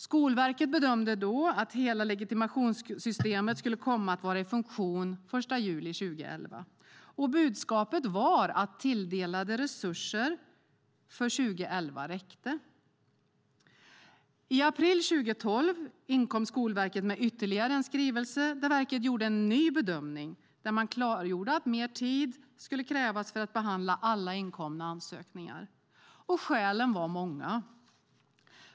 Skolverket bedömde då att hela legitimationssystemet skulle komma att vara i funktion den 1 juli 2011, och budskapet var att tilldelade resurser för 2011 räckte. I april 2012 inkom Skolverket med ytterligare en skrivelse där verket gjort en ny bedömning där man klargjorde att mer tid skulle krävas för att behandla alla inkomna ansökningar. Skälen var många.